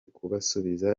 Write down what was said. kubasubiza